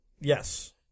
Yes